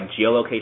geolocation